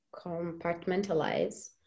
compartmentalize